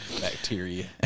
Bacteria